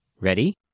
Ready